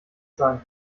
sein